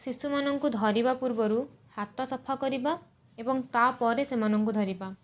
ଶିଶୁମାନଙ୍କୁ ଧରିବା ପୂର୍ବରୁ ହାତ ସଫା କରିବା ଏବଂ ତା'ପରେ ସେମାନଙ୍କୁ ଧରିବା